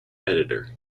editor